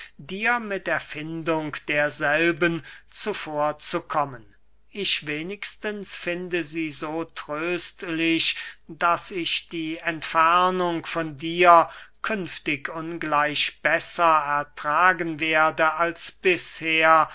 dir mit erfindung derselben zuvor zu kommen ich wenigstens finde sie so tröstlich daß ich die entfernung von dir künftig ungleich besser ertragen werde als bisher